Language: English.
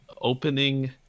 opening